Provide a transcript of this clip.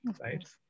right